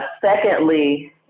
secondly